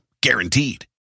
Guaranteed